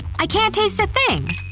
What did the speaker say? i can't taste a thing!